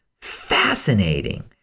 fascinating